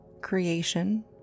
Creation